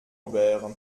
aubert